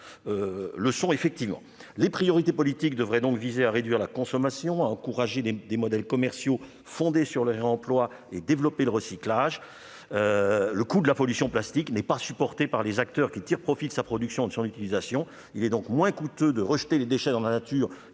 sont effectivement recyclés ... Les priorités politiques devraient donc viser à réduire la consommation et encourager des modèles commerciaux fondés sur le réemploi et développer le recyclage. Le coût de la pollution par le plastique n'étant pas supporté par les acteurs qui tirent profit de sa production ou de son utilisation, il est moins coûteux de rejeter les déchets dans la nature